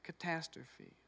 catastrophe